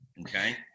Okay